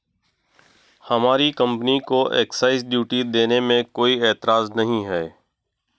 हमारी कंपनी को excise duty देने में कोई एतराज नहीं है